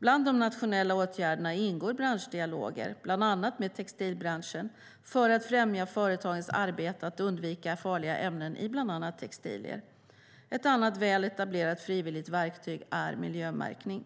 Bland de nationella åtgärderna ingår branschdialoger, bland annat med textilbranschen, för att främja företagens arbete att undvika farliga ämnen i bland annat textilier. Ett annat väl etablerat frivilligt verktyg är miljömärkning.